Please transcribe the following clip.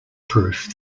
proof